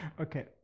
Okay